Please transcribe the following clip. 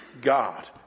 God